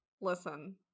Listen